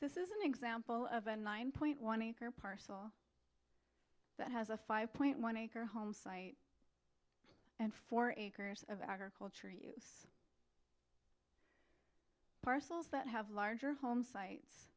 this is an example of a nine point one acre parcel that has a five point one acre homesite and four acres of agricultural parcels that have larger home sites